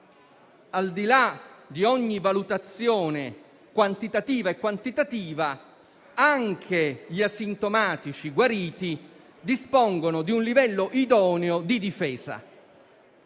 al di là di ogni valutazione qualitativa e quantitativa, anche gli asintomatici guariti dispongono di un livello idoneo di difesa.